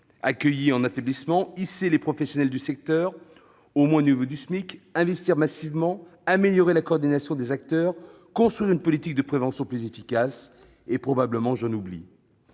accueillies en établissement, hisser les professionnels du secteur au moins au niveau du SMIC, investir massivement, améliorer la coordination des acteurs, construire une politique de prévention plus efficace ... J'en oublie